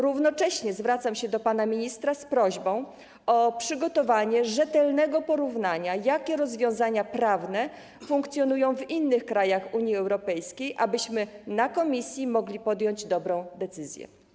Równocześnie zwracam się do pana ministra z prośbą o przygotowanie rzetelnego porównania dotyczącego tego, jakie rozwiązania prawne funkcjonują w innych krajach Unii Europejskiej, abyśmy na posiedzeniu komisji mogli podjąć dobrą decyzję.